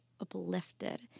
uplifted